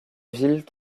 ville